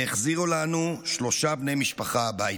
והחזירה לנו שלושה בני משפחה הביתה.